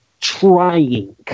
trying